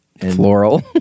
Floral